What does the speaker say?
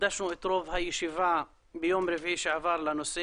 הקדשנו את רוב הישיבה ביום רביעי שעבר לנושא.